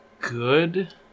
good